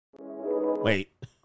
Wait